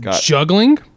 Juggling